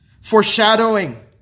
Foreshadowing